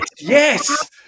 Yes